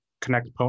connect